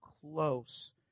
close